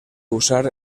usar